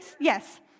Yes